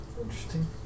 interesting